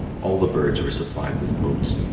all the birds were supplied with boats.